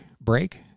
break